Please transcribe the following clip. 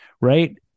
Right